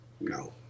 no